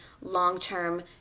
long-term